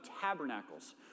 Tabernacles